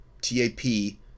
T-A-P